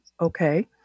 Okay